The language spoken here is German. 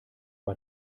bei